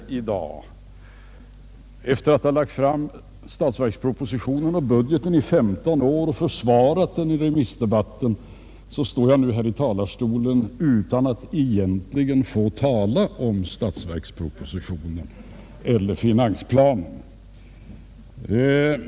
Efter att i 15 år ha lagt fram statsverkspropositionen och budgeten och försvarat den i remissdebatterna står jag nu här i talarstolen utan att egentligen få tala om statsverkspropositionen eller finansplanen.